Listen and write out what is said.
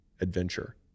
adventure